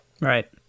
Right